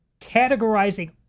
categorizing